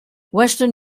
western